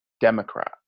Democrat